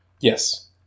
Yes